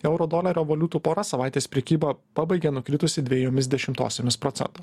euro dolerio valiutų pora savaitės prekybą pabaigė nukritusi dvejomis dešimtosiomis procento